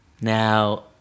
Now